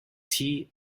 tea